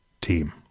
team